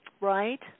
right